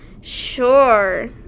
Sure